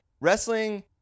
Wrestling